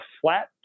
flat